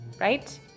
right